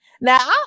now